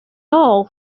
all